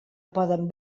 poden